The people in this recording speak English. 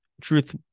Truth